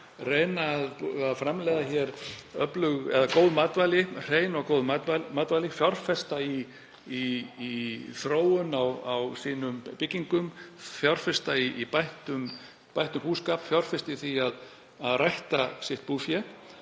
reyna að framleiða hrein og góð matvæli, fjárfesta í þróun á sínum byggingum, fjárfesta í bættum búskap, fjárfesta í því að rækta sitt búfé,